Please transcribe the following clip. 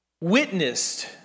witnessed